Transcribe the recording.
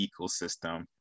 ecosystem